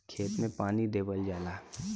खेत मे पानी देवल जाला